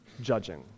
judging